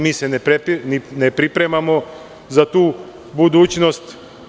Mi se ne pripremamo za tu budućnost.